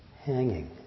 hanging